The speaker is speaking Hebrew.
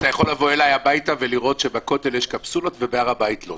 אתה יכול לבוא אלי הביתה ולראות שבכותל יש קפסולות ובהר הבית לא,